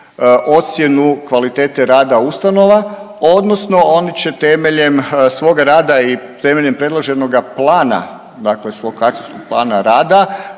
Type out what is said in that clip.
ocjenu kvalitete rada ustanova, odnosno one će temeljem svoga rada i temeljem predloženoga plana, dakle svog akcijskog plana rada